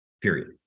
Period